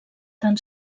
tan